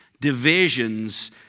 divisions